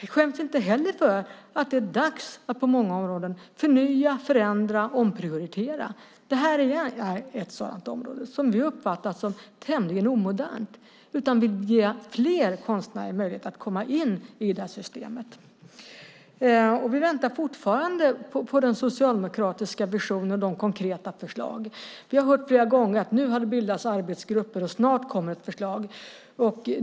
Vi skäms inte heller för att det på många områden är dags att förnya, förändra och omprioritera. Det här är ett sådant område som vi uppfattar som tämligen omodernt. Vi vill ge fler konstnärer möjlighet att komma in i systemet. Vi väntar fortfarande på den socialdemokratiska visionen och konkreta förslag. Vi har flera gånger hört att det har bildats arbetsgrupper och att det snart kommer ett förslag.